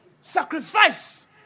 sacrifice